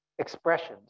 Expressions